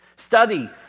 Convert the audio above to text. Study